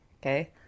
okay